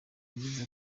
yagize